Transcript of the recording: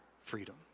freedom